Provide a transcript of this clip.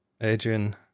Adrian